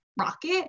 rocket